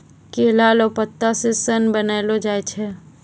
केला लो पत्ता से सन बनैलो जाय छै